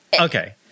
Okay